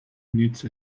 gnüts